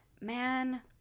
man